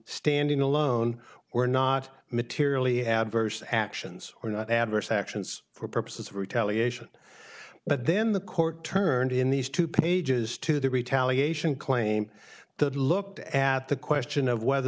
standing alone or not materially adverse actions or not adverse actions for purposes of retaliation but then the court turned in these two pages to the retaliation claim that looked at the question of whether